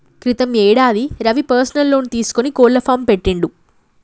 క్రితం యేడాది Ravi personal loan తీసుకొని కోళ్ల ఫాం పెట్టిండు